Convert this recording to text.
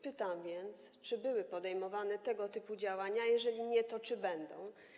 Pytam więc, czy były podejmowane tego typu działania, a jeżeli nie, to czy będą.